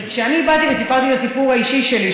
כי כשאני באתי וסיפרתי את הסיפור האישי שלי,